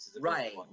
Right